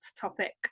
topic